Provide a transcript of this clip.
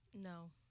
No